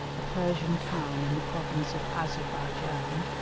a persian town in the province of adzer-baidjan,